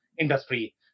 industry